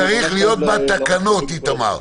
זה צריך להיות בתקנות, איתמר.